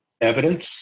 evidence